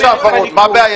העברות.